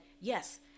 yes